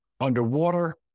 Underwater